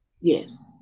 Yes